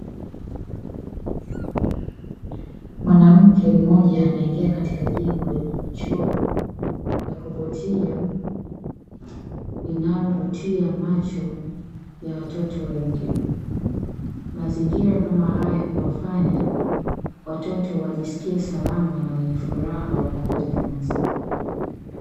Mwanamke mmoja anaingia katika jengo lenye michoro ya kuvutia, inayovutia macho ya watoto wengine, mazingira kama haya huwafanya watoto wajisikie salama na wenye furaha wanapojifunza.